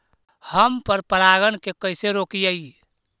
हम पर परागण के कैसे रोकिअई?